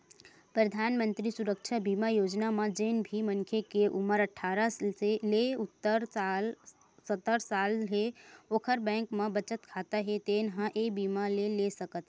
परधानमंतरी सुरक्छा बीमा योजना म जेन भी मनखे के उमर अठारह ले सत्तर साल हे ओखर बैंक म बचत खाता हे तेन ह ए बीमा ल ले सकत हे